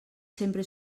sempre